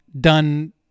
done